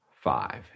five